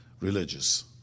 religious